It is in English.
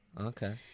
Okay